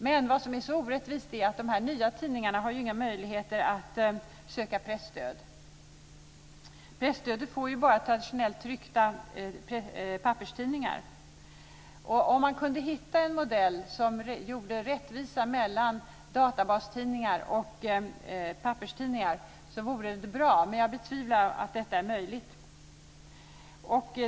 Men vad som är så orättvist är att dessa nya tidningar inte har några möjligheter att söka presstöd. Presstöd får bara traditionellt tryckta papperstidningar. Om man kunde hitta en modell som skapade rättvisa mellan databastidningar och papperstidningar så vore det bra. Men jag betvivlar att detta är möjligt.